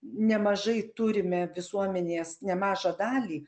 nemažai turime visuomenės nemažą dalį